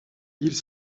ils